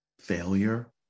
failure